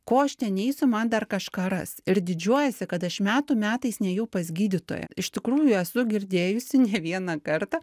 ko aš ten eisiu man dar kažką ras ir didžiuojasi kad aš metų metais nėjau pas gydytoją iš tikrųjų esu girdėjusi ne vieną kartą